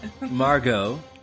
Margot